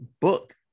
book